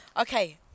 Okay